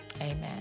amen